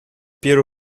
piero